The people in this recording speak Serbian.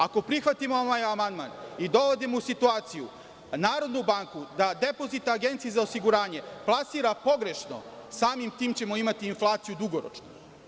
Ako prihvatimo ovaj amandman i dovodimo u situaciju Narodnu banku da depozit Agencije za osiguranje plasira pogrešno, samim tim ćemo imati inflaciju dugoročnu.